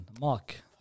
Mark